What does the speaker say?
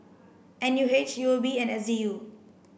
N U H U O B and S Z U